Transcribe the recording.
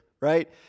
right